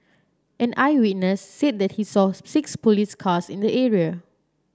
and eyewitness said that he saw six police cars in the area